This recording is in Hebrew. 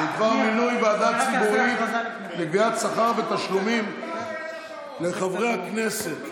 בדבר מינוי ועדה ציבורית לקביעת שכר ותשלומים לחברי הכנסת.